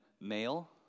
male